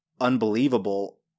unbelievable